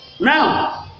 Now